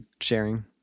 sharing